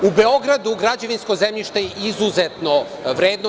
U Beogradu građevinsko zemljište je izuzetno vredno.